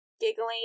Giggling